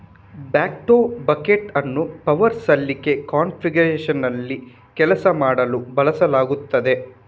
backhoe bucket ಅನ್ನು power ಸಲಿಕೆ ಕಾನ್ಫಿಗರೇಶನ್ನಲ್ಲಿ ಕೆಲಸ ಮಾಡಲು ಬಳಸಲಾಗುತ್ತದೆ